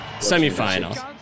Semi-final